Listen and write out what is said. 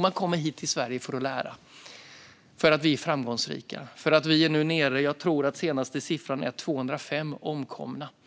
Man kommer hit till Sverige för att lära därför att vi är framgångsrika. Vi är nu nere i 205 omkomna, tror jag att den senaste siffran var.